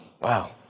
Wow